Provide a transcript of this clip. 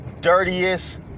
dirtiest